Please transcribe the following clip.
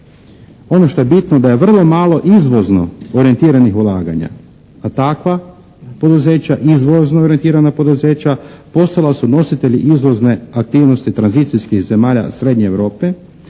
Ono što je bitno da je vrlo malo izvozno orjentiranih ulaganja, a takva poduzeća, izvozno orjentirana poduzeća postala su nositelji izvozne aktivnosti tranzicijskih zemalja Srednje Europe